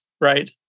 Right